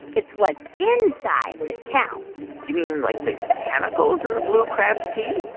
it's what inside that counts you mean like the chemicals in the blue crab's pee?